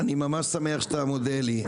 אני ממש שמח שאתה מודה לי.